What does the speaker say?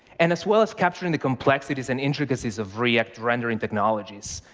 and as well as capturing the complexities and intricacies of react rendering technologies,